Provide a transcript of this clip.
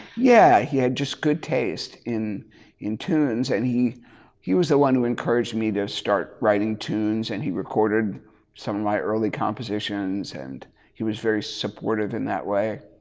yeah he had just good taste in in tunes. and he he was the one who encouraged me to start writing tunes. and he recorded some of my early compositions. and he was very supportive in that way.